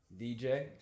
DJ